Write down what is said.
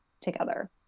together